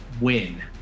win